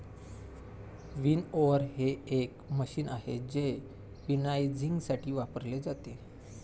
winnower हे एक machine आहे जे विनॉयइंगसाठी वापरले जाते